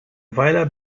weiler